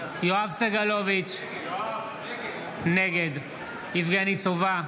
סגלוביץ' נגד יבגני סובה,